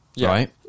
right